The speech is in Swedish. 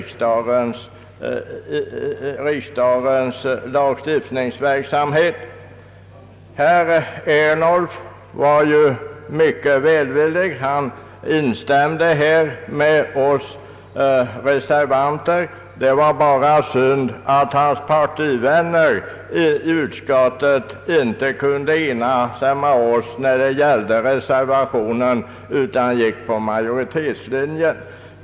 Herr Ernulf var mycket välvillig och instämde med oss reservanter. Det var bara synd att hans partivänner i utskottet inte kunde bli eniga med oss beträffande reservationen utan gick på majoritetens linje.